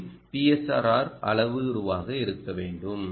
PSRR அளவுருவாக இருக்க வேண்டும்